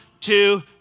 two